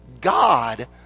God